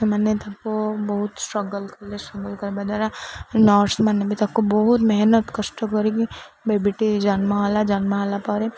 ସେମାନେ ତାକୁ ବହୁତ ଷ୍ଟ୍ରଗଲ୍ କଲେ ଷ୍ଟ୍ରଗଲ୍ କରିବା ଦ୍ୱାରା ନର୍ସ ମାନେ ବି ତାକୁ ବହୁତ ମେହନତ କଷ୍ଟ କରିକି ବେବିଟି ଜନ୍ମ ହେଲା ଜନ୍ମ ହେଲା ପରେ